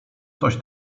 coś